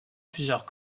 plusieurs